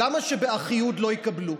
למה שבאחיהוד לא יקבלו?